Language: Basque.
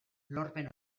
lorpen